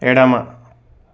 ఎడమ